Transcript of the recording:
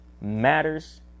matters